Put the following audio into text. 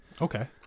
Okay